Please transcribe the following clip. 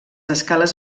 escales